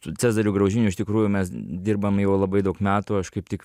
su cezariu graužiniu iš tikrųjų mes dirbam jau labai daug metų aš kaip tik